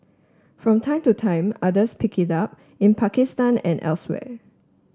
from time to time others pick it up in Pakistan and elsewhere